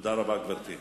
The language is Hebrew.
תודה רבה, גברתי.